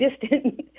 distant